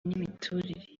n’imiturire